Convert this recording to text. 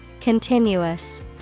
Continuous